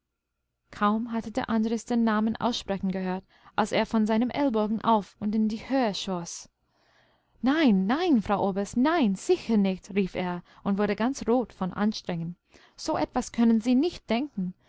kaum hatte der andres den namen aussprechen gehört als er von seinem ellbogen auf und in die höhe schoß nein nein frau oberst nein sicher nicht rief er und wurde ganz rot vor anstrengung so etwas können sie nicht denken